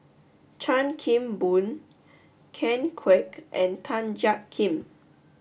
Chan Kim Boon Ken Kwek and Tan Jiak Kim